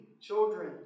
children